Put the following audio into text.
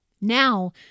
Now